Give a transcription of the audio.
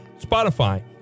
Spotify